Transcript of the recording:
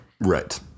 right